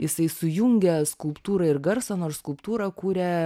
jisai sujungia skulptūrą ir garsą nors skulptūrą kūrė